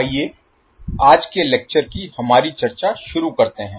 आइये आज के लेक्चर की हमारी चर्चा शुरू करते हैं